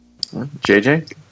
JJ